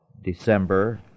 December